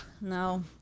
no